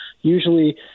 Usually